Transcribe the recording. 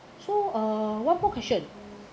so uh one more question